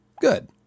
Good